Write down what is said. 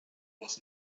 was